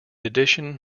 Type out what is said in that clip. addition